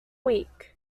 week